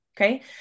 Okay